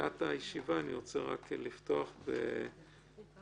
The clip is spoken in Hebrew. בתחילת הישיבה אני רוצה לפתוח בתנחומים.